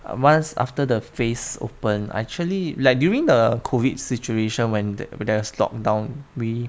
once after the phase open actually like during the COVID situation when the there's lockdown we